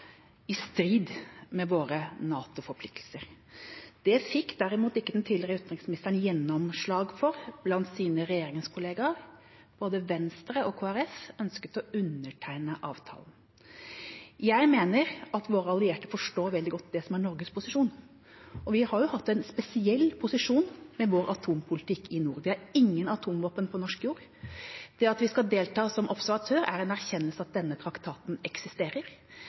i strid med våre NATO-forpliktelser. Det fikk derimot ikke den tidligere utenriksministeren gjennomslag for blant sine regjeringskollegaer. Både Venstre og Kristelig Folkeparti ønsket å undertegne avtalen. Jeg mener at våre allierte forstår veldig godt det som er Norges posisjon, og vi har jo hatt en spesiell posisjon med vår atompolitikk i nord. Det er ingen atomvåpen på norsk jord. At vi skal delta som observatør, er en erkjennelse av at denne traktaten eksisterer.